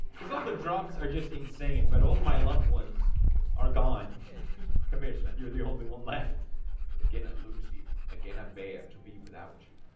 because all the drops are just insane, but all my loved ones are gone come here smith. you're the only one left again, i lose you again. a bear to be without you.